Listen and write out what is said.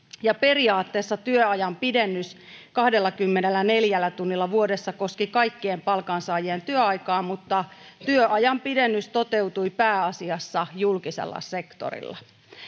ja periaatteessa työajan pidennys kahdellakymmenelläneljällä tunnilla vuodessa koski kaikkien palkansaajien työaikaa mutta työajan pidennys toteutui pääasiassa julkisella sektorilla